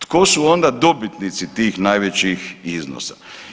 Tko su onda dobitnici tih najvećih iznosa?